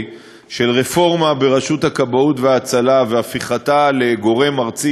של רפורמה בראשות הכבאות וההצלה והפיכתה לגורם ארצי,